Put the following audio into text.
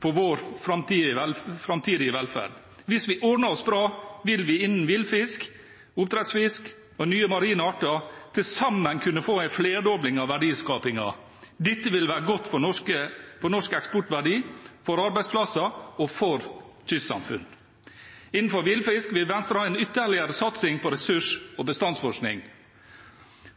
for vår framtidige velferd. Hvis vi ordner oss bra, vil vi innen villfisk, oppdrettsfisk og nye marine arter til sammen kunne få en flerdobling av verdiskapingen. Dette vil være godt for norsk eksportverdi, for arbeidsplasser og for kystsamfunn. Innenfor villfisk vil Venstre ha en ytterligere satsing på ressurs- og bestandsforskning.